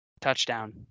Touchdown